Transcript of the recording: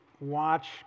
Watch